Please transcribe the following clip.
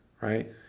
right